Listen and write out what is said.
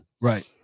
Right